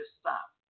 stop